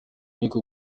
y’uko